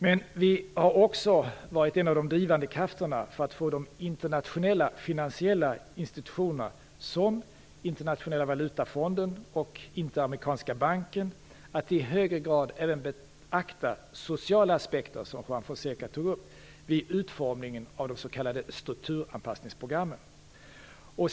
Men Sverige har också varit en av de drivande krafterna för att få de internationella finansiella institutionerna som Internationella valutafonden och Interamerikanska banken att i högre grad även beakta sociala aspekter, som Juan Fonseca tog upp, vid utformningen av de s.k. strukturanpassningsprogrammen.